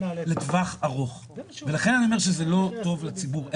לטווח ארוך ולכן אני אומר שזה לא טוב לציבור.